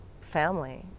family